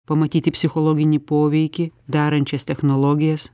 pamatyti psichologinį poveikį darančias technologijas